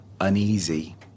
uneasy